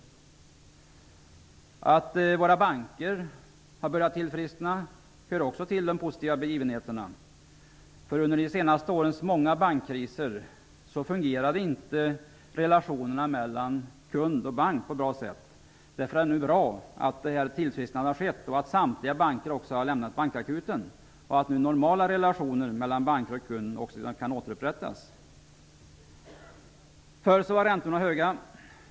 Att våra banker har börjat tillfriskna hör också till de positiva begivenheterna. Under de senaste årens många bankkriser fungerade inte relationerna mellan kunderna och bankerna på ett bra sätt. Därför är det nu bra att ett tillfrisknande har skett och att samtliga banker har lämnat bankakuten. Normala relationer kan nu återupprättas mellan banker och kunder. Förr var räntorna höga.